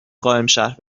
قائمشهر